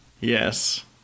Yes